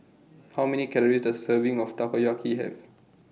How Many Calories Does A Serving of Takoyaki Have